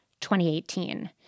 2018